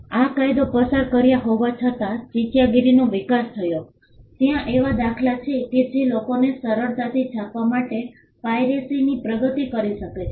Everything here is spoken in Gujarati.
આ કાયદો પસાર કર્યા હોવા છતાં ચાંચિયાગીરીનો વિકાસ થયો ત્યાં એવા દાખલા છે કે જે લોકોને સરળતાથી છાપવા માટે પાઇરેસીની પ્રગતિ કરી શકે છે